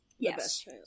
Yes